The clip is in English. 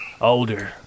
Older